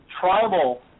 tribal